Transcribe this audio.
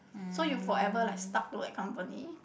so you forever like stuck to that company